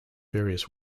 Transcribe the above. various